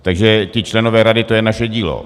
Takže ti členové rady, to je naše dílo.